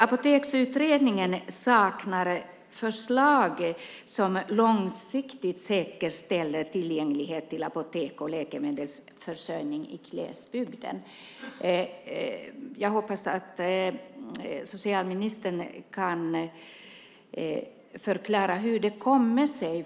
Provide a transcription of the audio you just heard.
Apoteksutredningen saknar förslag som långsiktigt säkerställer tillgängligheten till apotek och läkemedelsförsörjning i glesbygden. Jag hoppas att socialministern kan förklara hur det kommer sig.